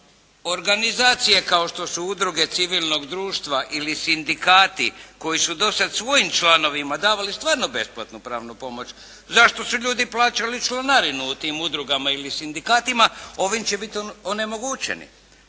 a organizacije kao što su udruge civilnog društva ili sindikati koji su do sada svojim članovima davali stvarno besplatnu pravnu pomoć za što su ljudi plaćali članarinu u tim udrugama ili sindikatima, ovim će biti onemogućeni.